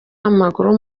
w’amaguru